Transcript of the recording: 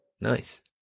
nice